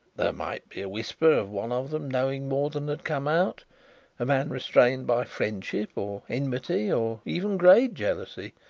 there might be a whisper of one of them knowing more than had come out a man restrained by friendship, or enmity, or even grade jealousy.